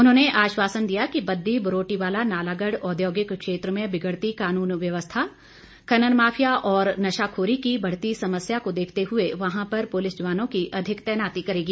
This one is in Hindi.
उन्होंने आश्वासन दिया कि बददी बरोटीवाला नालागढ़ औद्योगिक क्षेत्र में बिगड़ती काननू व्यवस्था खनन माफिया और नशाखोरी की बढ़ती समस्या को देखते हए वहां पर प्रलिस जवानों की अधिक तैनाती करेगी